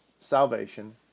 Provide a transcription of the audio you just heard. salvation